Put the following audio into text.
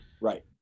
right